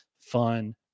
fun